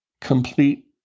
complete